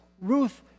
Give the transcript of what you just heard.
Ruth